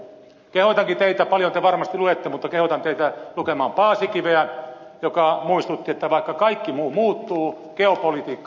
kehotankin teitä paljon te varmasti luette lukemaan paasikiveä joka muistutti että vaikka kaikki muu muuttuu geopolitiikka ei muutu